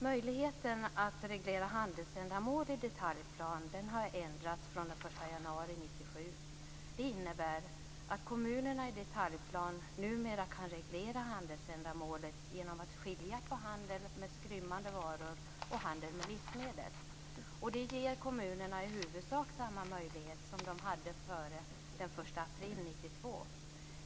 Möjligheten att reglera handelsändamål i detaljplan har ändrats från den 1 januari 1997. Det innebär att kommunerna i detaljplan numera kan reglera handelsändamålet genom att skilja på handel med skrymmande varor och handel med livsmedel. Det ger kommunerna i huvudsak samma möjlighet som de hade före den 1 april 1992.